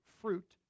fruit